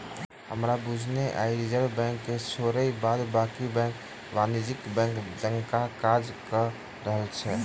हमरा बुझने आइ रिजर्व बैंक के छोइड़ बाद बाँकी बैंक वाणिज्यिक बैंक जकाँ काज कअ रहल अछि